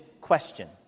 question